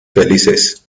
felices